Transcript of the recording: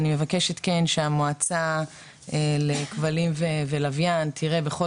אני מבקשת כן שהמועצה לכבלים ולווין תראה בכל